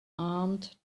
armed